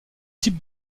types